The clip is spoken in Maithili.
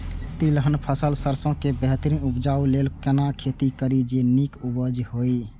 तिलहन फसल सरसों के बेहतरीन उपजाऊ लेल केना खेती करी जे नीक उपज हिय?